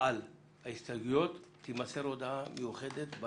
על ההסתייגויות תימסר הודעה מיוחדת.